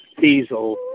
diesel